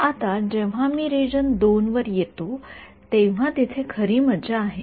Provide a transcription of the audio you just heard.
आता जेव्हा मी रिजन २ वर येतो तेव्हा तिथे खरी मजा आहे